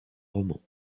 romans